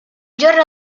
giorno